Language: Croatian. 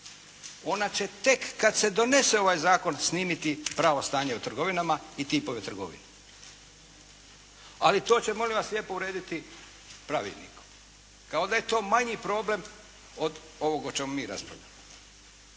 Ona će tek kad se donese ovaj zakon snimiti pravo stanje o trgovinama i tipove trgovine, ali to će molim vas lijepo urediti pravilnik kao da je to manji problem od ovog o čemu mi raspravljamo.